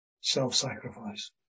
self-sacrifice